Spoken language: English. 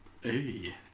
Hey